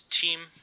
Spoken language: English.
team